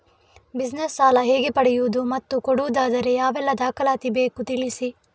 Business ಸಾಲ ಹೇಗೆ ಪಡೆಯುವುದು ಮತ್ತು ಕೊಡುವುದಾದರೆ ಯಾವೆಲ್ಲ ದಾಖಲಾತಿ ಬೇಕು ತಿಳಿಸಿ?